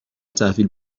تحویل